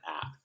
app